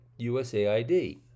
USAID